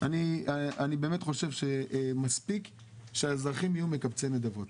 אני באמת חושב שמספיק שהאזרחים יהיו מקבצי נדבות.